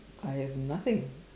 I have nothing